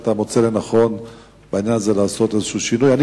האם אתה מוצא לנכון לעשות איזשהו שינוי בעניין הזה?